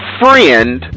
friend